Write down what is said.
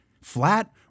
flat